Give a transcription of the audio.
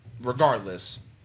regardless